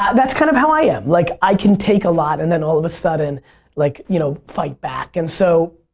that's kinda kind of how i am. like i can take a lot and then all of a sudden like you know fight back. and so